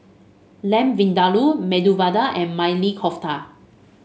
Lamb Vindaloo Medu Vada and Maili Kofta